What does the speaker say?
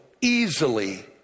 easily